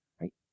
Right